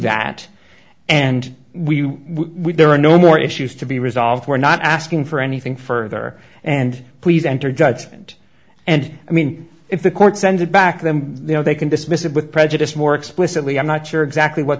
that and we we'd there are no more issues to be resolved we're not asking for anything further and please enter judgment and i mean if the court sends it back then they can dismiss it with prejudice more explicitly i'm not sure exactly what